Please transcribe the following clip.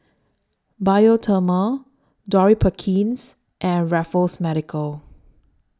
Bioderma Dorothy Perkins and Raffles Medical